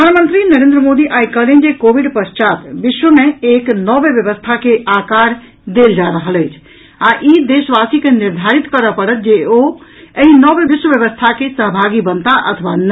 प्रधानमंत्री नरेन्द्र मोदी आइ कहलनि जे कोविड पश्चात विश्व मे एक नव व्यवस्था के आकार देल जा रहल अछि आ ई देशवासी के निर्धारित करऽ पड़त जे ओ एहि नव विश्व व्यवस्था के सहभागी बनताह अथवा नहि